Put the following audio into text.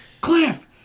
Cliff